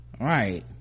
right